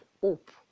hope